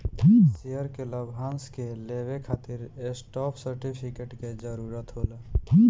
share के लाभांश के लेवे खातिर स्टॉप सर्टिफिकेट के जरूरत होला